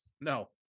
no